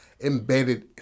embedded